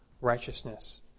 righteousness